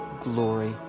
glory